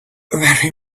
very